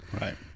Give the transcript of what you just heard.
right